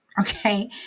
okay